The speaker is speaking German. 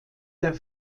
der